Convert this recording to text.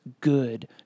good